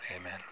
Amen